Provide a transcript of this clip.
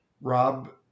rob